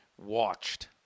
watched